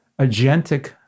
agentic